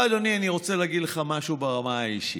עכשיו, אדוני, אני רוצה להגיד לך ברמה האישית.